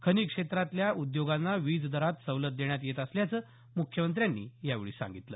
खनिज क्षेत्रातल्या उद्योगांना वीजदरात सवलत देण्यात येत असल्याचं मुख्यमंत्र्यांनी यावेळी सांगितलं